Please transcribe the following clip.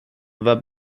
war